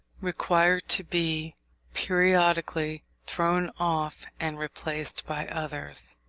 require to be periodically thrown off and replaced by others.